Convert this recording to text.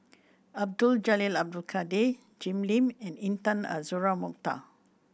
Abdul Jalil Abdul Kadir Jim Lim and Intan Azura Mokhtar